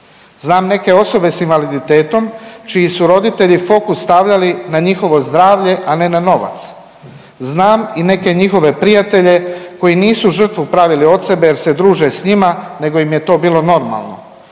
Znam neke osobe s invaliditetom čiji su roditelji fokus stavljali na njihovo zdravlje, a ne na novac. Znam i neke njihove prijatelje koji nisu žrtvu pravili od sebe jer se druže s njima nego im je to bilo normalno.